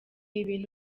ibintu